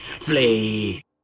FLEE